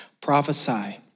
prophesy